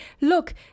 look